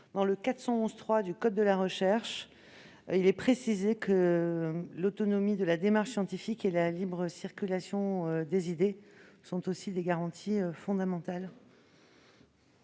L. 411-3 du code de la recherche prévoit que l'autonomie de la démarche scientifique et la libre circulation des idées sont aussi des garanties fondamentales.